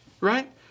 right